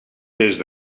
test